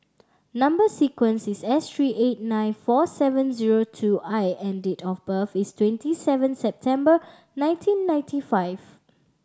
number sequence is S three eight nine four seven zero two I and date of birth is twenty seven September nineteen ninety five